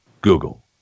Google